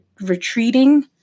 retreating